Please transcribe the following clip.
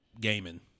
gaming